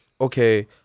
okay